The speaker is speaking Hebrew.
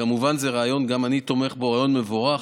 כמובן, גם אני תומך בו, זה רעיון מבורך,